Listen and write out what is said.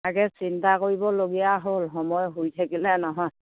তাকে চিন্তা কৰিবলগীয়া হ'ল সময় শুই থাকিলে নহয়